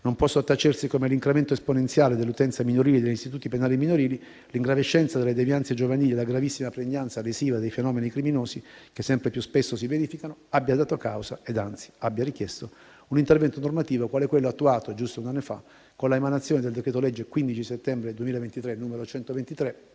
non può sottacersi come l'incremento esponenziale dell'utenza minorile degli istituti penali minorili, l'ingravescenza delle devianze giovanili e la gravissima pregnanza lesiva dei fenomeni criminosi che sempre più spesso si verificano abbiano dato causa e, anzi, abbiano richiesto un intervento normativo quale quello attuato giusto un anno fa con l'emanazione del decreto-legge 15 settembre 2023, n. 123,